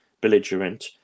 belligerent